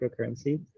cryptocurrency